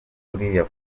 kuriya